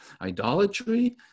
idolatry